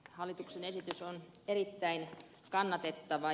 hallituksen esitys on erittäin kannatettava